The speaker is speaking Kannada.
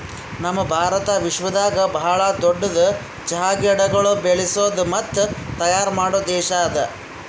ನಮ್ ಭಾರತ ವಿಶ್ವದಾಗ್ ಭಾಳ ದೊಡ್ಡುದ್ ಚಹಾ ಗಿಡಗೊಳ್ ಬೆಳಸದ್ ಮತ್ತ ತೈಯಾರ್ ಮಾಡೋ ದೇಶ ಅದಾ